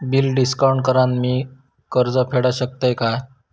Bill discount करान मी कर्ज फेडा शकताय काय?